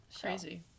Crazy